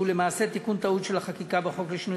שהוא למעשה תיקון טעות של החקיקה בחוק לשינוי